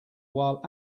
while